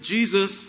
Jesus